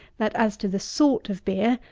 that as to the sort of beer,